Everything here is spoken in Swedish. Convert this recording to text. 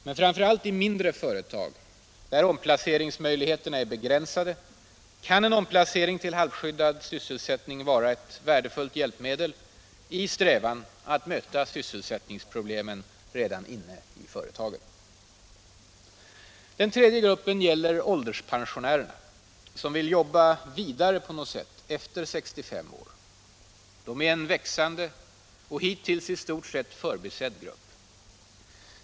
Men framför allt i mindre företag, där omplaceringsmöjligheterna är begränsade, kan en omplacering till halvskyddad sysselsättning vara ett värdefullt hjälpmedel i strävan att möta sysselsättningsproblemen redan inne i företagen. Den tredje gruppen är ålderspensionärer som vill jobba vidare på något sätt efter 65 år. De är en växande och hittills i stort sett förbisedd grupp.